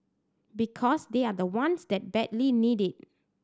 because they are the ones that badly need it